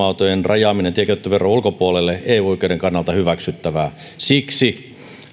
autojen rajaaminen tienkäyttöveron ulkopuolelle eu oikeuden kannalta hyväksyttävää siksi